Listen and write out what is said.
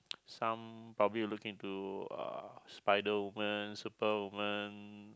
some probably you looking to uh Spider Woman superwoman